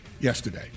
yesterday